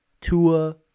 Tua